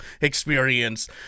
experience